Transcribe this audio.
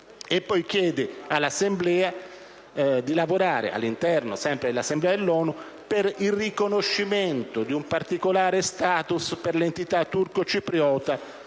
si chiede al Governo di lavorare, sempre all'interno dell'Assemblea dell'ONU, per il riconoscimento di un particolare *status* per l'Entità turco-cipriota